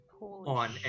on